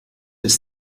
ist